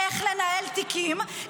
איך לנהל תיקים,